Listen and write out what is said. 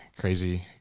crazy